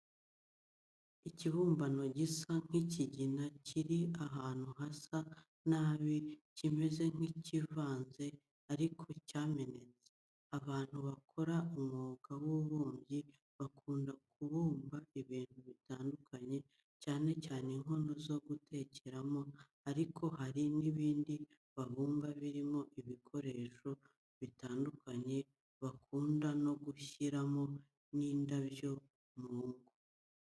Ikibumbano gisa nk'ikigina kiri ahantu hasa nabi, kimeze nk'ikivaze ariko cyamenetse. Abantu bakora umwuga w'ububumbyi bakunda kubumba ibintu bitandukanye, cyane cyane inkono zo gutekeramo ariko hari n'ibindi babumba birimo ibikoresho bitandukanye bakunda no gushyiramo indabyo mu ngo.